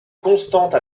constante